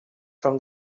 from